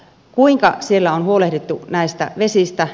kuinka siellä on huolehdittu näistä vesistä